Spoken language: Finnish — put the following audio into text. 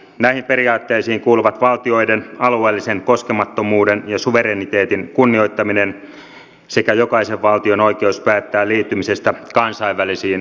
näihin periaatteisiin kuuluvat valtioiden alueellisen koskemattomuuden ja suvereniteetin kunnioittaminen sekä jokaisen valtion oikeus päättää liittymisestä kansainvälisiin sopimuksiin